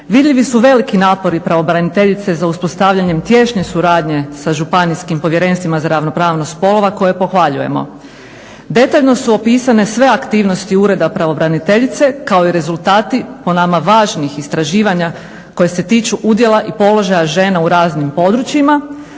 vidljivi su veliki napori pravobraniteljice za uspostavljanjem tješnje suradnje sa županijskim povjerenstvima za ravnopravnost spolova koje pohvaljujemo. Detaljno su opisane sve aktivnosti Ureda pravobraniteljice kao i rezultati po nama važnih istraživanja koji se tiču udjela i položaja žena u raznim područjima